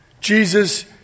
Jesus